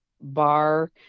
bar